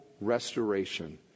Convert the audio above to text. restoration